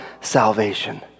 salvation